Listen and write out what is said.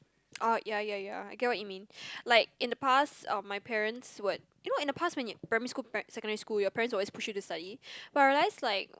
ah ya ya ya I get what you mean like in the past um my parents would you know in the past when you primary school pa~ secondary school your parents would always push you to study but I realise like